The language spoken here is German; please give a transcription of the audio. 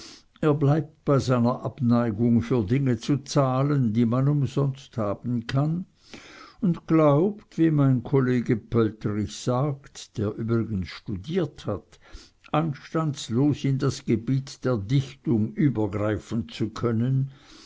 er bleibt bei seiner abneigung für dinge zu zahlen die man umsonst haben kann und glaubt wie mein kollege pöltrig sagt der übrigens studiert hat anstandslos in das gebiet der dichtung übergreifen zu können